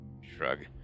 Shrug